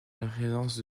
présence